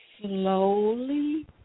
slowly